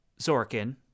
Zorkin